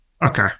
Okay